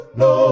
no